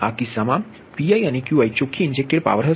આ કિસ્સામાં Pi અને Qi ચોખ્ખી ઇન્જેક્ટેડ પાવર હશે